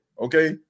okay